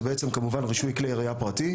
הוא כמובן רישוי כלי ירייה פרטי,